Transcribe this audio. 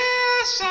Yes